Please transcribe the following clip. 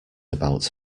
about